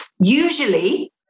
usually